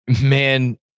Man